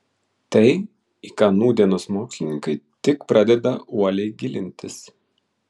tai į ką nūdienos mokslininkai tik pradeda uoliai gilintis